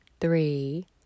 three